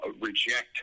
reject